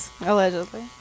Allegedly